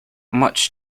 much